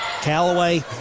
Callaway